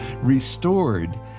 restored